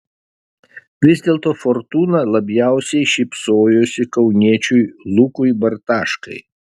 vis dėlto fortūna labiausiai šypsojosi kauniečiui lukui bartaškai